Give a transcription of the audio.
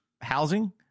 housing